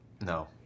no